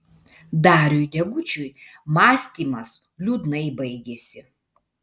dariui degučiui mąstymas liūdnai baigėsi